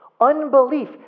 Unbelief